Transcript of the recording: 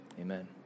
amen